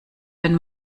wenn